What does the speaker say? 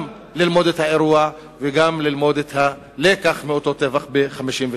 גם ללמוד את האירוע וגם ללמוד את הלקח מאותו טבח ב-1956.